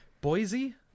Boise